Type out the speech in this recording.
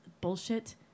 bullshit